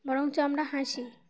বরঞ্চ আমরা হাসি